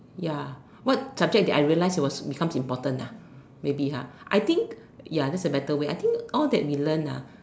ya what subject did I realised it was becomes important ah maybe ah I think ya that's the better way I think all that we learnt ah